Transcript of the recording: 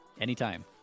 anytime